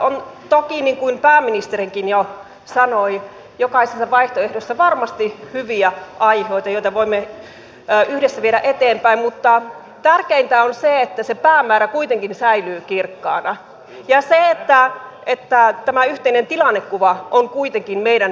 on toki niin kuin pääministerikin jo sanoi jokaisessa vaihtoehdossa varmasti hyviä aihioita joita voimme yhdessä viedä eteenpäin mutta tärkeintä on se että se päämäärä kuitenkin säilyy kirkkaana ja se että tämä yhteinen tilannekuva on kuitenkin meidän jaettava